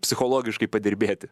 psichologiškai padirbėti